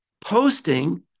posting